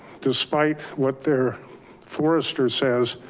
despite what their forester says,